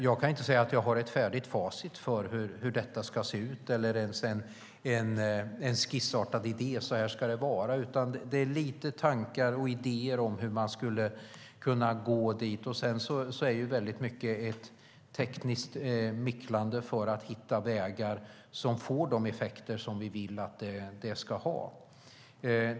Jag kan inte säga att jag har ett färdigt facit för hur detta ska se ut eller ens en skissartad idé om hur det ska vara, utan det är lite tankar och idéer om hur man skulle kunna nå dit. Sedan är det väldigt mycket ett tekniskt micklande för att hitta vägar för att det ska få de effekter som vi vill att det ska ha.